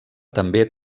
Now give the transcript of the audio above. també